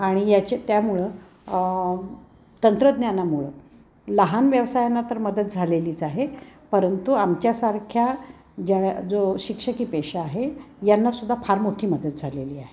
आणि याचे त्यामुळं तंत्रज्ञानामुळं लहान व्यवसायांना तर मदत झालेलीच आहे परंतु आमच्यासारख्या ज्या जो शिक्षकीपेक्षा आहे यांना सुद्धा फार मोठी मदत झालेली आहे